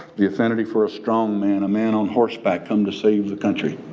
the affinity for a strong man, a man on horseback come to save the country